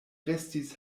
restis